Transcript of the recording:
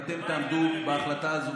ואתם תעמדו בהחלטה הזו.